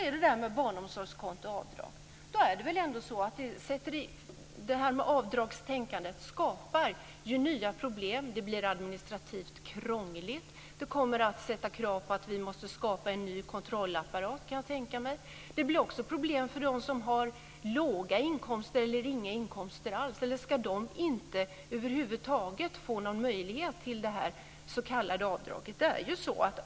När det gäller barnomsorgskonto och avdrag skapar avdragstänkandet nya problem. Det blir administrativt krångligt. Det kommer att ställas krav på att vi måste skapa en ny kontrollapparat. Det blir också problem för dem som har låga inkomster eller inga inkomster alls. Eller ska de över huvud taget inte få någon möjlighet till det här s.k. avdraget?